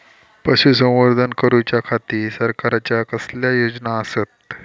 पशुसंवर्धन करूच्या खाती सरकारच्या कसल्या योजना आसत?